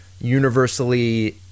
universally